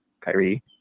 Kyrie